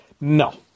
No